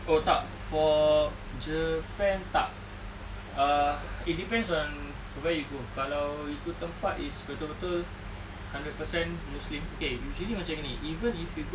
oh tak for japan tak uh it depends on where you go kalau itu tempat is betul-betul hundred percent muslims okay usually macam gini even if you go